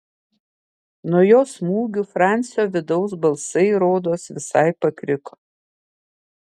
nuo jo smūgių francio vidaus balsai rodos visai pakriko